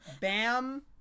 bam